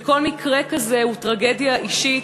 וכל מקרה כזה הוא טרגדיה אישית,